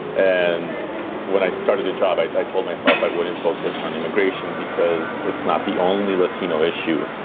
and when i started the job, i told myself i wouldn't focus on immigration because it's not the only latino issue